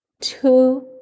two